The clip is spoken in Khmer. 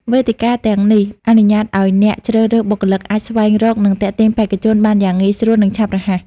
វេទិកាទាំងនេះអនុញ្ញាតឲ្យអ្នកជ្រើសរើសបុគ្គលិកអាចស្វែងរក និងទាក់ទងបេក្ខជនបានយ៉ាងងាយស្រួល និងឆាប់រហ័ស។